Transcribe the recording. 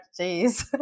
Jeez